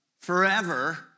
forever